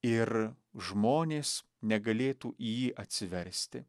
ir žmonės negalėtų į jį atsiversti